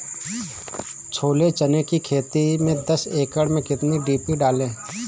छोले चने की खेती में दस एकड़ में कितनी डी.पी डालें?